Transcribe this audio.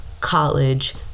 college